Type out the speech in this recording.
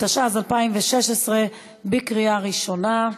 התשע"ז 2016, בקריאה ראשונה,